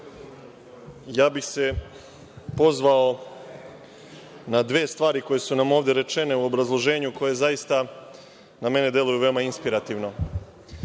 ja bih se pozvao na dve stvari koje su nam ovde rečene u obrazloženju koje zaista na mene deluju veoma inspirativno. Prvo